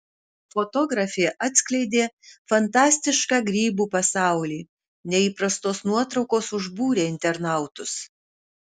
fotografė atskleidė fantastišką grybų pasaulį neįprastos nuotraukos užbūrė internautus